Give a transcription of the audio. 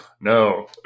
No